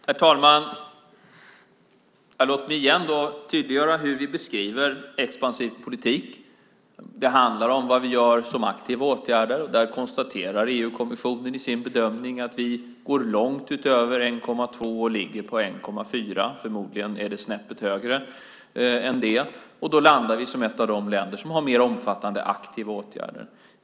Herr talman! Låt mig igen tydliggöra hur vi beskriver expansiv politik. Det handlar om vad vi gör som aktiva åtgärder. Där konstaterar EU-kommissionen i sin bedömning att vi går långt utöver 1,2 på skalan och ligger på 1,4. Förmodligen är det snäppet högre än det och då landar vi som ett av de länder som har mer omfattande aktiva åtgärder.